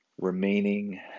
remaining